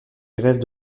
grèves